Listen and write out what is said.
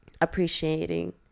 Appreciating